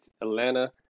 Atlanta